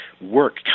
work